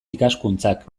ikaskuntzak